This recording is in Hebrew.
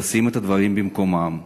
ולשים את הדברים במקומם.